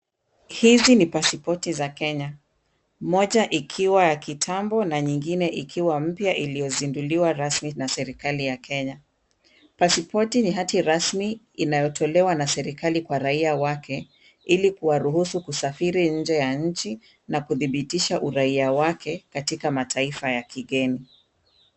Hizi ni pasipoti za Kenya, moja ikiwa ya kitambo na nyingine ikiwa mpya iliyozinduliwa rasmi na serekali ya Kenya. Pasipoti ni hati rasmi inayotolewa na serekali kwa raia wake ili kuwaruhusu kusafiri nje ya nchi na kudhibitisha uraia wake katika mataifa ya kigeni.